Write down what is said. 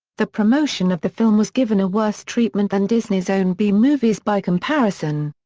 the promotion of the film was given a worse treatment than disney's own b-movies by comparison.